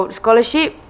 scholarship